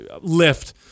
lift